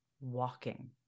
walking